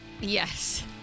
Yes